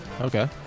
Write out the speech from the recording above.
Okay